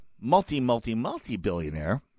multi-multi-multi-billionaire